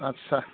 आदसा